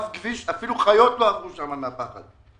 אפילו חיות לא עברו שם בגלל הפחד.